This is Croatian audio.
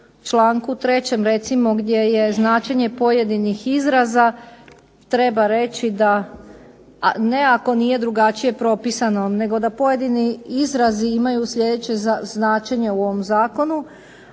3. recimo gdje je značenje pojedinih izraza treba reći, ne ako nije drugačije propisano, nego da pojedini izrazi imaju sljedeće značenje u ovom zakonu,